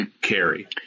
carry